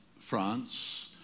France